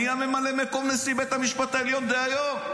נהיה ממלא-מקום נשיא בית המשפט העליון דהיום.